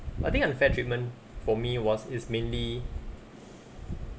I think unfair treatment for me was is mainly